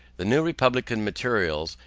the new republican materials,